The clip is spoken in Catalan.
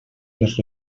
les